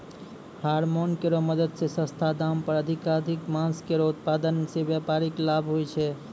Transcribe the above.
hormone केरो मदद सें सस्ता दाम पर अधिकाधिक मांस केरो उत्पादन सें व्यापारिक लाभ होय छै